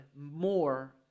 more